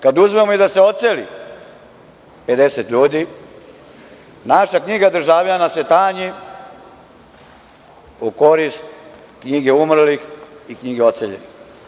Kada uzmemo i da se odseli 50 ljudi, naša knjiga državljana se tanji u korist knjige umrlih i knjige odseljenih.